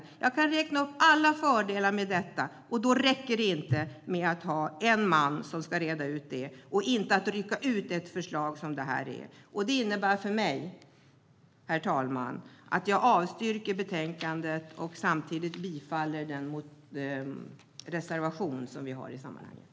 Jag kan räkna upp alla fördelar med detta, och då räcker det inte med en enmansutredning som utreder ett enstaka förslag. Herr talman! För mig innebär det att jag yrkar avslag på utskottets förslag och bifall till vår reservation, nr 1.